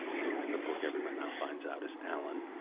who, in the book, everyone now finds out is alan,